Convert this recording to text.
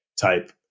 type